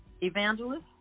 Evangelist